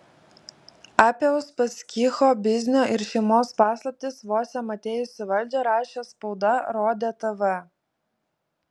apie uspaskicho biznio ir šeimos paslaptis vos jam atėjus į valdžią rašė spauda rodė tv